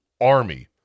army